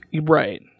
Right